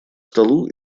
столу